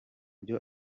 byo